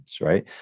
Right